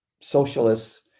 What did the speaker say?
socialists